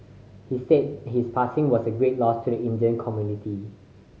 he said his passing was a great loss to the Indian community